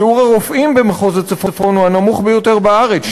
שיעור הרופאים במחוז הצפון הוא הנמוך ביותר בארץ,